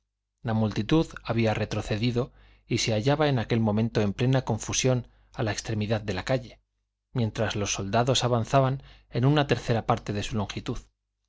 la multitud había retrocedido y se hallaba en aquel momento en plena confusión a la extremidad de la calle mientras los soldados avanzaban en una tercera parte de su longitud